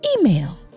email